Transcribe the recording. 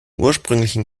ursprünglichen